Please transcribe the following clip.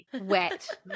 Wet